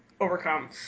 overcome